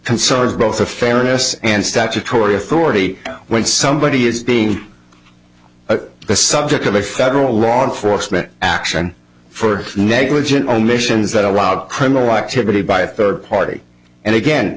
concerns both a fairness and statutory authority when somebody is being the subject of a federal law enforcement action for negligent omissions that allowed criminal activity by a third party and again